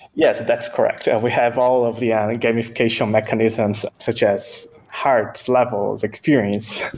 yes, that's correct, and we have all of the and and gamification mechanisms such as hearts, levels, experience,